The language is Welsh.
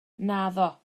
naddo